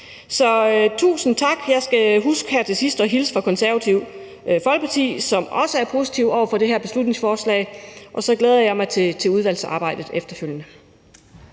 tusind tak. Jeg skal huske her til sidst at hilse fra Det Konservative Folkeparti, som også er positive over for det her beslutningsforslag. Og så glæder jeg mig til udvalgsarbejdet efterfølgende.